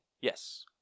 Yes